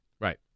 Right